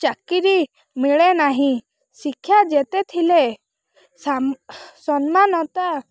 ଚାକିରି ମିଳେ ନାହିଁ ଶିକ୍ଷା ଯେତେ ଥିଲେ ସନ ସମ୍ମାନତା